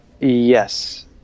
yes